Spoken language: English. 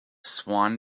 swan